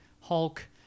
Hulk